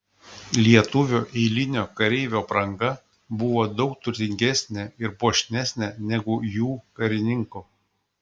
lietuvio eilinio kareivio apranga buvo daug turtingesnė ir puošnesnė negu jų karininko